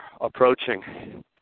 approaching